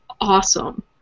awesome